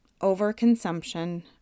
Overconsumption